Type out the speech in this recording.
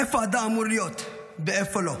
איפה אדם אמור להיות ואיפה לא?